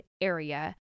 area